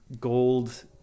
gold